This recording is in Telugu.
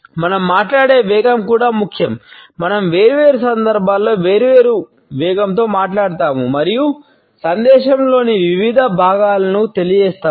మనం మాట్లాడే వేగం కూడా ముఖ్యం మనం వేర్వేరు సందర్భాల్లో వేర్వేరు వేగంతో మాట్లాడతాము మరియు సందేశంలోని వివిధ భాగాలను తెలియజేస్తాము